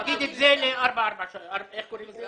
איך לפרסם בכלי המדיה השונים,